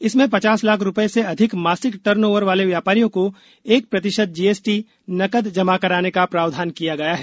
इसमें पचास लाख रूपए से अधिक मासिक टर्न ओवर वाले व्यापारियों को एक प्रतिशत जीएसटी नकद जमा कराने का प्रावधान किया गया है